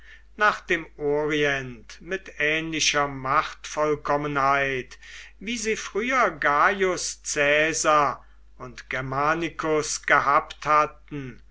nach dem orient mit ähnlicher machtvollkommenheit wie sie früher gaius caesar und germanicus gehabt hatten